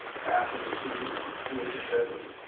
a bathroom or two and two or three bedrooms.